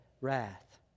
wrath